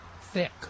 thick